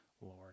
Lord